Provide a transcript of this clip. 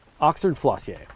Oxford-Flossier